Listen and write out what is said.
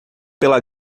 pela